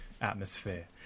atmosphere